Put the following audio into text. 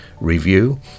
review